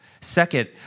Second